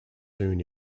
soon